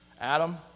Adam